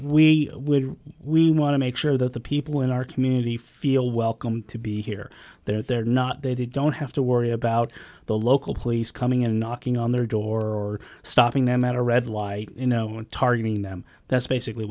we will we want to make sure that the people in our community feel welcome to be here that they're not they don't have to worry about the local police coming in knocking on their door or stopping them at a red light you know targeting them that's basically